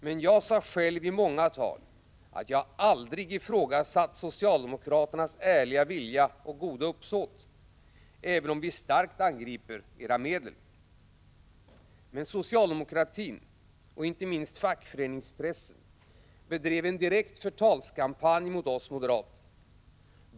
Men jag sade själv i många tal att jag aldrig ifrågasatt socialdemokraternas ärliga vilja och goda uppsåt, även om vi starkt angriper era medel. Men socialdemokratin och inte minst fackföreningspressen bedrev en direkt förtalskampanj mot oss moderater.